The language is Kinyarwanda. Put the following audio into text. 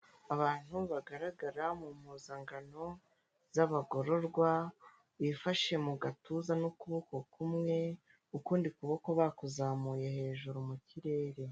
Abantu bagaragara mu mpuzankano z'abagororwa bifashe mu gatuza n'ukuboko kumwe ukundi kuboko bakuzamuye hejuru mu kirere .